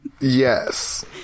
Yes